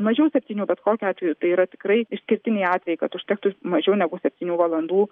mažiau septynių bet kokiu atveju tai yra tikrai išskirtiniai atvejai kad užtektų mažiau negu septynių valandų